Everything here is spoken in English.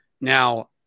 Now